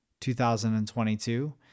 2022